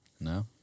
No